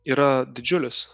yra didžiulis